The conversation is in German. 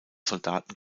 soldaten